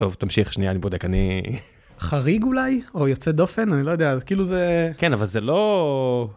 טוב תמשיך שנייה אני בודק אני חריג אולי או יוצא דופן אני לא יודע כאילו זה כן אבל זה לא.